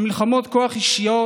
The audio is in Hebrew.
על מלחמות כוח אישיות,